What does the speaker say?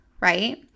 right